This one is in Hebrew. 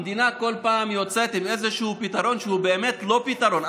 המדינה כל פעם יוצאת עם איזשהו פתרון שהוא באמת לא פתרון.